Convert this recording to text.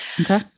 Okay